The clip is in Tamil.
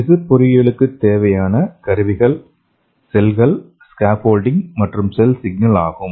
திசு பொறியியலுக்குத் தேவையான கருவிகள் செல்கள் ஸ்கேஃபோல்டிங் மற்றும் செல் சிக்னல் ஆகும்